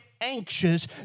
anxious